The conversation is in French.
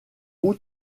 roue